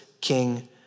king